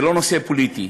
זה לא נושא פוליטי,